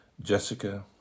Jessica